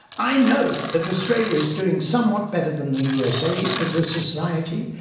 i know that australia is doing somewhat better than the usa as a society,